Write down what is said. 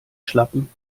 schlappen